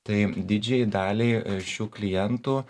tai didžiajai daliai šių klientų